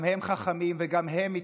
גם הם חכמים וגם הם מתפכחים.